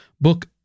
Book